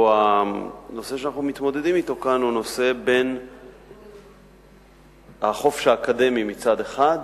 או הנושא שאנחנו מתמודדים אתו כאן הוא בין החופש האקדמי מצד אחד,